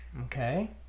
Okay